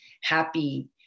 happy